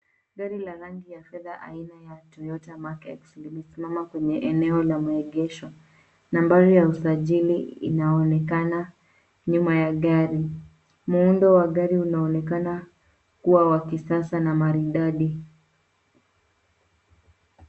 Gari la rangi ya fedha aina ya Toyota Mark X limesimama kwenye eneo la maegesho. Nambari ya usajili inaonekana nyuma ya gari. Muundo wa gari unaonekana kuwa wa kisasa na maridadi.